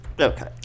Okay